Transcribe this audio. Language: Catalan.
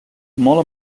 molt